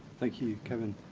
thank you, kevin,